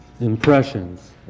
Impressions